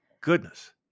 goodness